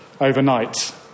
overnight